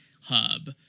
hub